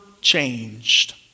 changed